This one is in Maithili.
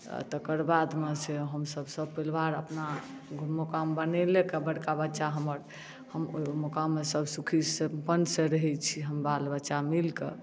आ तकरबाद मे से हमसब सपरिवार अपना मुकाम बनेलका बड़का बच्चा हमर हम ओहि मोकाम मे सब सुखी सम्पन्न सँ रहै छी हम बालबच्चा मिल कऽ